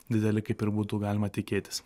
dideli kaip ir būtų galima tikėtis